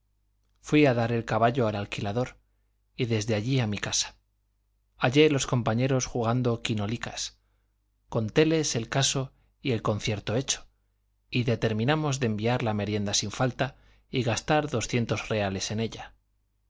fui a dar el caballo al alquilador y desde allí a mi casa hallé los compañeros jugando quinolicas contéles el caso y el concierto hecho y determinamos de enviar la merienda sin falta y gastar doscientos reales en ella